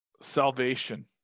salvation